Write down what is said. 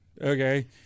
okay